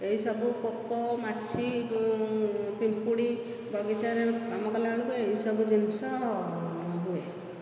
ଏହି ସବୁ ପୋକ ମାଛି ପିମ୍ପୁଡ଼ି ବଗିଚାରେ କାମ କଲା ବେଳକୁ ଏହିସବୁ ଜିନିଷ ହୁଏ